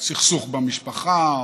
סכסוך במשפחה,